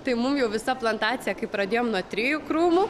tai mum jau visa plantacija kai pradėjom nuo trijų krūmų